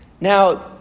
Now